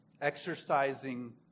exercising